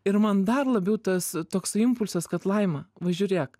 ir man dar labiau tas toksai impulsas kad laima va žiūrėk